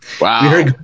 wow